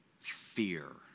Fear